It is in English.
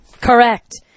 Correct